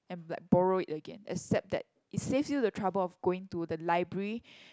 and like borrow it again except that it saves you the trouble of going to the library